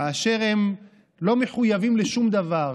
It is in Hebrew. כאשר הם לא מחויבים לשום דבר,